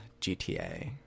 GTA